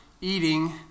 eating